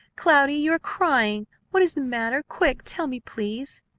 cloudy! you are crying! what is the matter? quick! tell me, please!